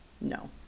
no